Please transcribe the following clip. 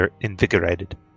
invigorated